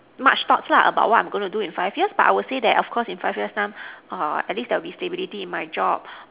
much thoughts lah about what I'm going to do in five years but I will say that of course in five years time err at least there will be stability in my job